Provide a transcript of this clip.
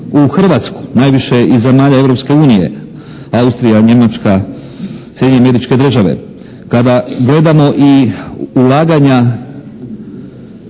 u Hrvatsku, najviše iz zemalja Europske unije, Austrija, Njemačka, Sjedinjene Američke Države. Kada gledamo i ulaganja